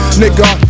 nigga